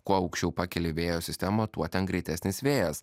kuo aukščiau pakeli vėjo sistemą tuo ten greitesnis vėjas